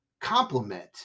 complement